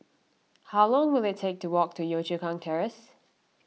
how long will it take to walk to Yio Chu Kang Terrace